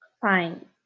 Fine